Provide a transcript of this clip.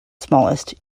smallest